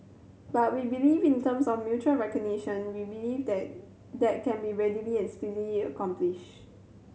but we believe in terms of mutual recognition we believe that that can be readily and speedily accomplished